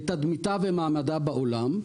לתדמיתה ומעמדה בעולם.